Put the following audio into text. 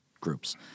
groups